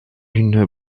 une